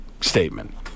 statement